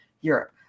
Europe